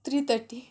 three thirty